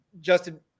Justin